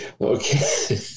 Okay